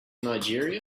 nigeria